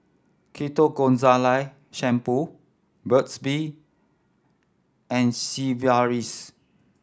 Ketoconazole Shampoo Burt's Bee and Sigvaris